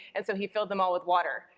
and so he filled them all with water,